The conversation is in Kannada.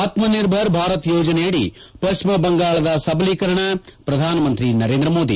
ಆತ್ಮನಿರ್ಭರ್ ಭಾರತ್ ಯೋಜನೆಯಡಿ ಪಶ್ಚಿಮ ಬಂಗಾಳದ ಸಬಲೀಕರಣ ಪ್ರಧಾನಮಂತ್ರಿ ನರೇಂದ್ರಮೋದಿ